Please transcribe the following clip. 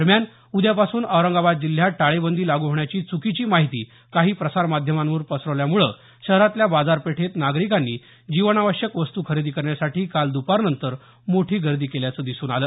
दरम्यान उद्यापासून औरंगाबाद जिल्ह्यात टाळेबंदी लागू होण्याची चुकीची माहिती काही प्रसारमाध्यमांवरून पसरल्यामुळे शहरातल्या बाजारपेठेत नागरिकांनी जीवनावश्यक वस्तू खरेदी करण्यासाठी काल दुपारनंतर मोठी गर्दी केल्याचं दिसून आलं